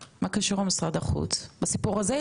משרד החוץ הוא זרוענו הארוכה בחו"ל,